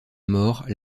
mort